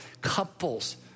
couples